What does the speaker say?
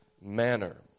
manner